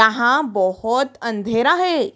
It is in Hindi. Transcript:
यहाँ बहुत अंधेरा है